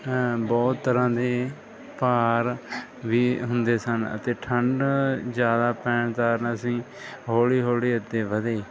ਬਹੁਤ ਤਰ੍ਹਾਂ ਦੇ ਪਹਾੜ ਵੀ ਹੁੰਦੇ ਸਨ ਅਤੇ ਠੰਡ ਜ਼ਿਆਦਾ ਪੈਣ ਕਾਰਨ ਅਸੀਂ ਹੌਲੀ ਹੌਲੀ ਅੱਗੇ ਵਧੇ